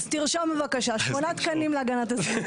אני אתייחס לכמה נקודות לגבי רעידת אדמה ולגבי